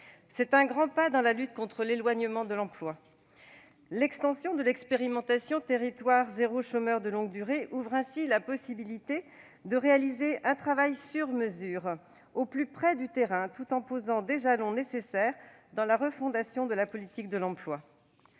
C'est un grand pas dans la lutte contre l'éloignement de l'emploi. L'extension de l'expérimentation « territoires zéro chômeur de longue durée » ouvre ainsi la possibilité de réaliser un travail sur mesure, au plus près du terrain, tout en posant des jalons nécessaires dans la refondation de la politique de l'emploi.